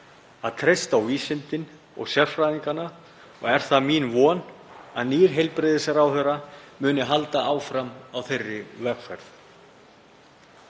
að treysta á vísindin og sérfræðingana, og er það mín von að nýr heilbrigðisráðherra muni halda áfram á þeirri vegferð.